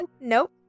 Nope